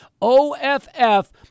OFF